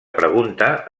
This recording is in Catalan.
pregunta